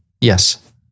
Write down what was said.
Yes